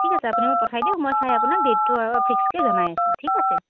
ঠিক আছে আপুনি মোক পঠাই দিয়ক মই চাই আপোনাক ডেটটো আৰু ফিক্সকৈ জনাই আছোঁ ঠিক আছে